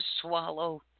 swallow